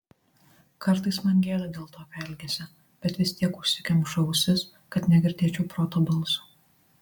kartais man gėda dėl tokio elgesio bet vis tiek užsikemšu ausis kad negirdėčiau proto balso